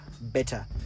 better